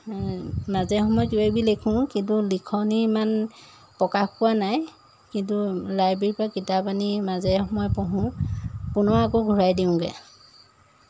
মাজে সময় কিবি লিখোঁ কিন্তু লিখনি ইমান প্ৰকাশ পোৱা নাই কিন্তু লাইব্ৰেৰীৰ পৰা কিতাপ আনি মাজে সময় পঢ়ো পুনৰ আকৌ ঘূৰাই দিওঁগৈ